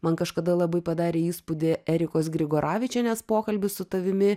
man kažkada labai padarė įspūdį erikos grigoravičienės pokalbis su tavimi